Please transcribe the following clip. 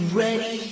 ready